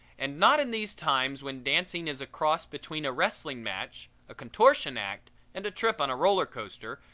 and not in these times when dancing is a cross between a wrestling match, a contortion act and a trip on a roller-coaster,